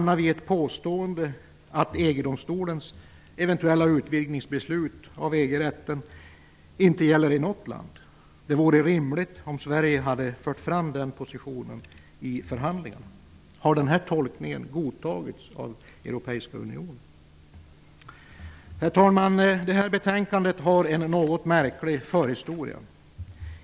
Jo, i påståendet att EG-domstolens eventuella beslut om utvidgning av EU-rätten inte gäller i något land. Det hade varit rimligt om Sverige hade fört fram detta i förhandlingarna. Har den här tolkningen godtagits av Europeiska unionen? Herr talman! Detta betänkande har en något märklig förhistoria.